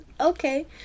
Okay